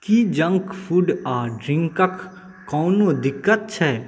की junk food आओर ड्रिन्कके कोनो दिक्कत छै